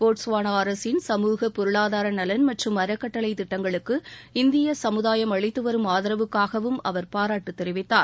Botswana அரசின் சமூக பொருளாதார நலன் மற்றும் அறக்கட்டளை திட்டங்களுக்கு இந்திய சமுதாயம் அளித்துவரும் ஆதரவுக்காகவும் அவர் பாராட்டுத் தெரிவித்தார்